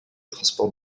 transport